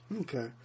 Okay